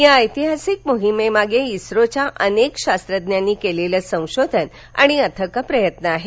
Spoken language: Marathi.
या ऐतिहासिक मोहिमेमागे इस्रोच्या अनेक शास्त्रज्ञांनी केलेलं संशोधन आणि अथक प्रयत्न आहेत